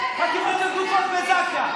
חקירות של גופות בזק"א.